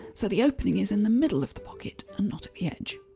so the opening is in the middle of the pocket and not at the edge.